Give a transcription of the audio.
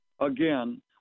again